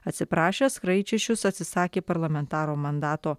atsiprašė kraičičius atsisakė parlamentaro mandato